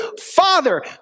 Father